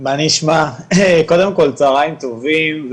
קודם כל צהריים טובים,